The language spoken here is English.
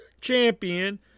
champion